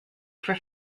for